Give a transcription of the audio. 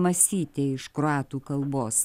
masytė iš kroatų kalbos